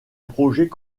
projet